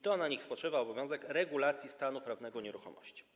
To na nich spoczywa obowiązek regulacji stanu prawnego nieruchomości.